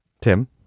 Tim